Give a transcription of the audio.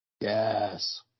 Yes